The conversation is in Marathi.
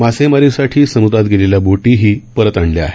मासेमारीसाठी समुद्रात गेलेल्या बोटीही परत आणल्या आहे